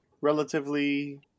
relatively